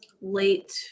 late